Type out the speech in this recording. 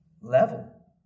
level